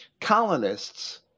colonists